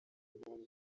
mpamvu